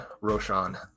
Roshan